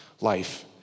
life